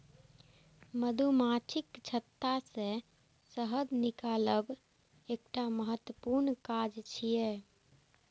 मधुमाछीक छत्ता सं शहद निकालब एकटा महत्वपूर्ण काज छियै